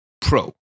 Pro